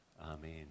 Amen